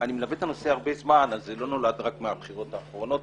אני מלווה את הנושא הרבה זמן והוא לא נולד רק מהבחירות האחרונות.